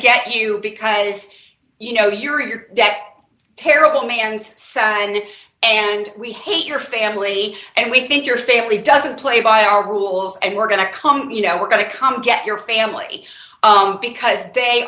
get you because you know you're in your debt terrible me and and and we hate your family and we think your family doesn't play by our rules and we're going to come you know we're going to come get your family because they